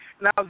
Now